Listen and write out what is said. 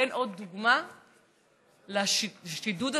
אין עוד דוגמה לשוד הזה